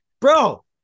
Bro